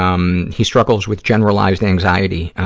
um, he struggles with generalized anxiety, ah,